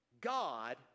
God